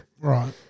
Right